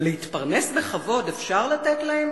אבל להתפרנס בכבוד אפשר לאפשר להם?